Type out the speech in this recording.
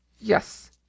Yes